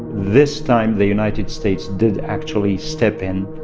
this time the united states did actually step in,